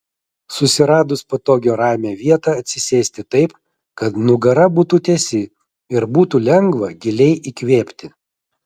susiradus patogią ramią vietą atsisėsti taip kad nugara būtų tiesi ir būtų lengva giliai įkvėpti